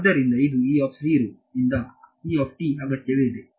ಆದ್ದರಿಂದ ಇದು ಇಂದ ಅಗತ್ಯವಿದೆ